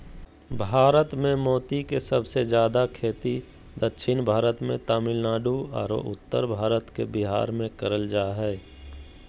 भारत मे मोती के सबसे जादे खेती दक्षिण भारत मे तमिलनाडु आरो उत्तर भारत के बिहार मे करल जा हय